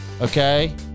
Okay